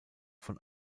von